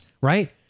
Right